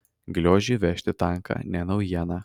gliožiui vežti tanką ne naujiena